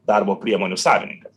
darbo priemonių savininkas